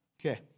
Okay